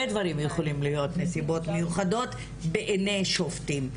דברים יכולים להיות נסיבות מיוחדות בעיני שופטים.